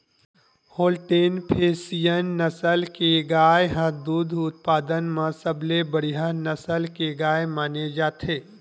Holstein Friesian नसल के गाय ह दूद उत्पादन म सबले बड़िहा नसल के गाय माने जाथे